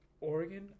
Oregon